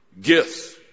Gifts